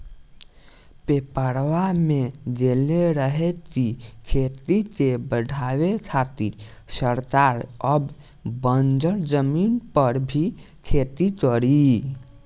पेपरवा में देले रहे की खेती के बढ़ावे खातिर सरकार अब बंजर जमीन पर भी खेती करी